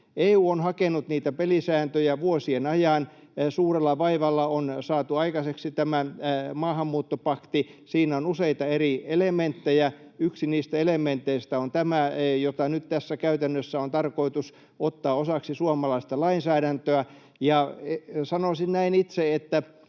EU on hakenut niitä pelisääntöjä vuosien ajan. Suurella vaivalla on saatu aikaiseksi tämä maahanmuuttopakti. Siinä on useita eri elementtejä. Yksi niistä elementeistä on tämä, joka nyt tässä käytännössä on tarkoitus ottaa osaksi suomalaista lainsäädäntöä. Sanoisin itse näin, että